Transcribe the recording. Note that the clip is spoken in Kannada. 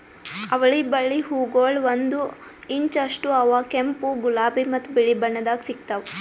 ಅವಳಿ ಬಳ್ಳಿ ಹೂಗೊಳ್ ಒಂದು ಇಂಚ್ ಅಷ್ಟು ಅವಾ ಕೆಂಪು, ಗುಲಾಬಿ ಮತ್ತ ಬಿಳಿ ಬಣ್ಣದಾಗ್ ಸಿಗ್ತಾವ್